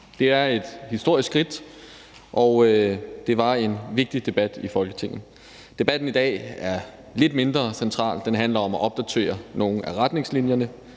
Det er et historisk skridt, og det var en vigtig debat i Folketinget. Debatten i dag er lidt mindre central. Den handler om at opdatere nogle af retningslinjerne